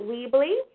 Weebly